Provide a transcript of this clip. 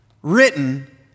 written